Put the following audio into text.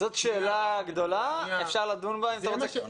זאת שאלה גדולה, אפשר לדון בה אם אתה רוצה.